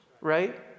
right